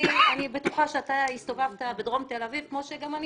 אני בטוחה שאתה הסתובבת בדרום תל אביב כמו שגם אני